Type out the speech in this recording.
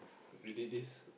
ready this